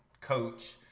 coach